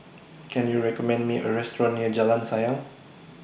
Can YOU recommend Me A Restaurant near Jalan Sayang